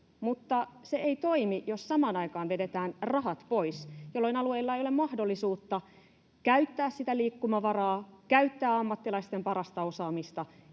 mutta se ei toimi, jos samaan aikaan vedetään rahat pois, jolloin alueilla ei ole mahdollisuutta käyttää sitä liikkumavaraa, käyttää ammattilaisten parasta osaamista